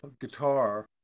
guitar